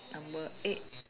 number eight